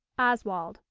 oswald.